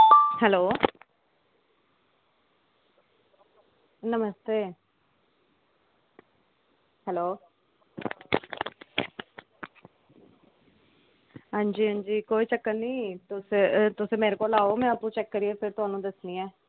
hello नमस्ते hello हां जी हां जी कोई चक्कर नी तुस मैडिकल लेआओ में अप्पूं चैक करियै फिर तोहानू गसनी आं